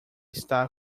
estar